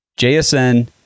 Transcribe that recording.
JSN